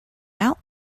out